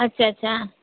अच्छा अच्छा